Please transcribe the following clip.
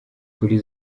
kuri